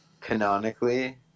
Canonically